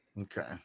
Okay